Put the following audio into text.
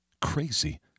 Crazy